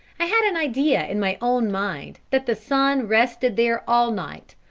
i had an idea in my own mind that the sun rested there all night,